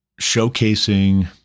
showcasing